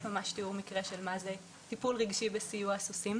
תיאור מקרה של מה זה טיפול רגשי בסיוע סוסים.